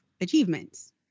achievements